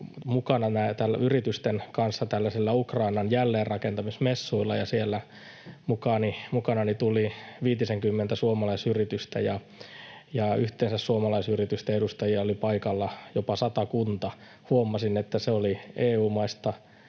mukana yritysten kanssa tällaisilla Ukrainan jälleenrakentamismessuilla, ja sinne mukanani tuli viitisenkymmentä suomalaisyritystä. Yhteensä suomalaisyritysten edustajia oli paikalla jopa satakunta. Huomasin, että se oli EU-maista